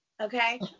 Okay